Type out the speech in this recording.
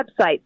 website